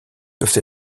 doivent